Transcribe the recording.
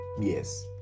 Yes